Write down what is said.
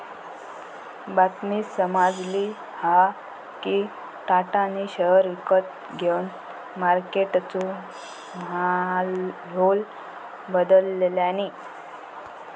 बातमी समाजली हा कि टाटानी शेयर विकत घेवन मार्केटचो माहोल बदलल्यांनी